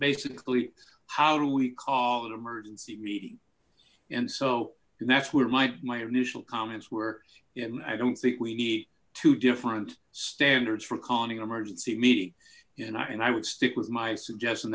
basically how do we call an emergency meeting and so and that's where my initial comments were and i don't think we need two different standards for calling an emergency meeting and i and i would stick with my suggestion